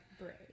brave